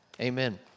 Amen